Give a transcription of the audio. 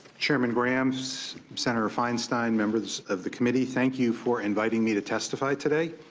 chairman graham, so senator feinstein, members of the committee, thank you for inviting me to testify today.